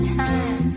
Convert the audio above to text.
time